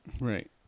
Right